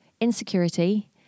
insecurity